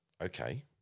Okay